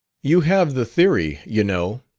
you have the theory, you know,